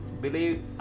believe